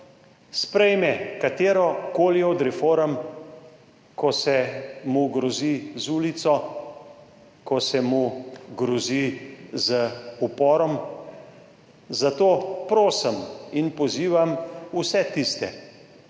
sprejme katero koli od reform, ko se mu grozi z ulico, ko se mu grozi z uporom? Zato prosim in pozivam vse tiste,